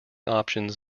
options